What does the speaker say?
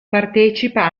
partecipa